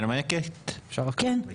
רביזיה.